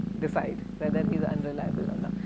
decide, whether he is unreliable and